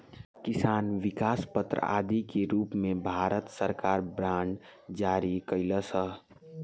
किसान विकास पत्र आदि के रूप में भारत सरकार बांड जारी कईलस ह